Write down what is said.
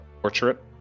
portrait